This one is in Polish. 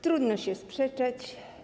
Trudno się sprzeczać.